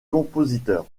compositeur